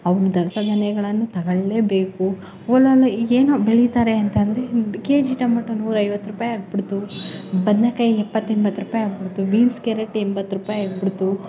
ಅವ್ರ ದವಸ ಧಾನ್ಯಗಳನ್ನು ತಗೊಳ್ಳೇಬೇಕು ಹೊಲಾನು ಈಗೇನೊ ಬೆಳಿತಾರೆ ಅಂತ ಅಂದ್ರೆ ಈ ಕೆಜಿ ಟೊಮೆಟೊ ನೂರೈವತ್ತು ರೂಪಾಯಿ ಆಗಿಬಿಡ್ತು ಬದನೆಕಾಯಿ ಇಪ್ಪತ್ತೆಂಬತ್ತು ರೂಪಾಯಿ ಆಗಿಬಿಡ್ತು ಬೀನ್ಸ್ ಕ್ಯಾರೆಟ್ ಎಂಬತ್ತು ರೂಪಾಯಿ ಆಗಿಬಿಡ್ತು